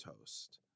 toast